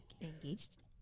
engaged